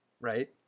right